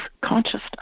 consciousness